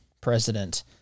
president